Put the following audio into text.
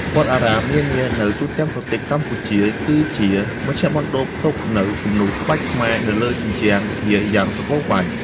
វត្តអារាមនានានៅទូទាំងប្រទេសកម្ពុជា គឺជាមជ្ឈមណ្ឌលផ្ទុកនូវគំនូរក្បាច់ខ្មែរនៅលើជញ្ជាំងវិហារយ៉ាងសំបូរបែប។